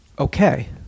Okay